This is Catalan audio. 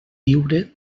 viure